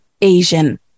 Asian